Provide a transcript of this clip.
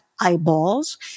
eyeballs